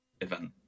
event